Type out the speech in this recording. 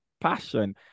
passion